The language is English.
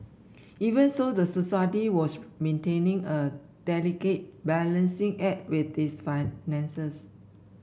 even so the society was maintaining a delicate balancing act with its finances